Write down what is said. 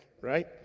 right